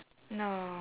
no